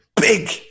big